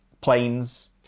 planes